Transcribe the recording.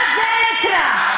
מה זה נקרא?